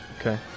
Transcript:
Okay